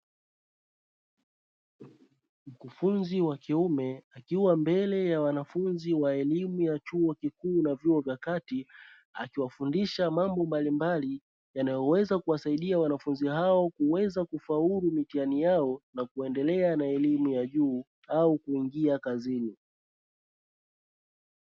Mkufunzi wa kiume akiwa mbele ya wanafunzi wa elimu ya chuo kikuu na vyuo vya kati akiwafundisha mambo mbalimbali yanayoweza kuwasaidia wanafunzi hao kuweza kufaulu mitihani yao na kuendelea na elimu ya juu au kuingia kazini.